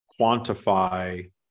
quantify